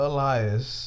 Elias